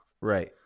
Right